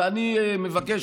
ואני מבקש,